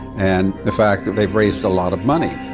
and the fact that they've raised a lot of money.